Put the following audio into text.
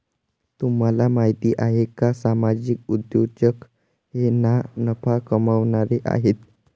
तुम्हाला माहिती आहे का सामाजिक उद्योजक हे ना नफा कमावणारे आहेत